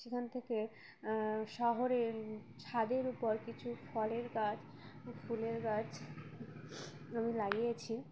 সেখান থেকে শহরে ছাদের উপর কিছু ফলের গাছ ফুলের গাছ আমি লাগিয়েছি